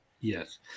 Yes